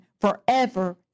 forever